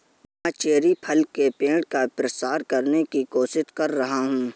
मैं चेरी फल के पेड़ का प्रसार करने की कोशिश कर रहा हूं